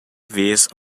vez